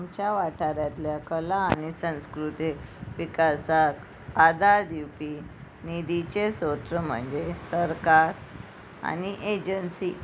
आमच्या वाठारांतल्या कला आनी संस्कृती विकासाक आदार दिवपी निधीचे सोत्र म्हणजे सरकार आनी एजंसी